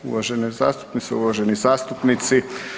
Uvažene zastupnice, uvaženi zastupnici.